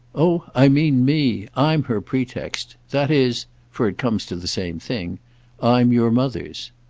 oh i mean me. i'm her pretext. that is for it comes to the same thing i'm your mother's.